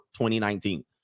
2019